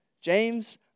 James